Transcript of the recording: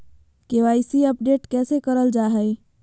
KYC update कैसे करल जाहै?